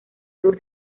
sur